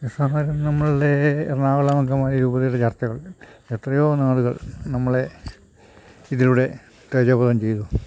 സാധാരണ നമ്മളുടെ എറണാകുളം അങ്കമാലി രൂപതയുടെ ചർച്ചകളുണ്ട് എത്രയോ നാളുകൾ നമ്മളെ ഇതിലൂടെ തേജോവദം ചെയ്തു